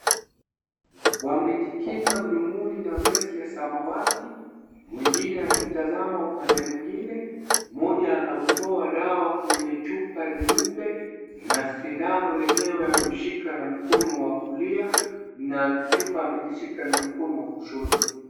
Wamejikinga mdomoni na meski ya samawati; mwingine akitazama upande mwingine. Mmoja anautoa dawa kwenye chupa nyeupe na shindano lenyewe ameushika na mkono wa kulia na chupa amekishika na mkono wa kushoto.